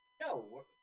No